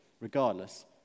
regardless